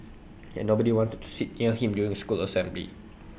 and nobody wanted to sit near him during school assembly